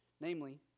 Namely